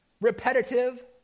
Repetitive